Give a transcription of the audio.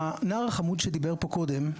הנער החמוד שדיבר פה קודם,